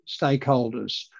stakeholders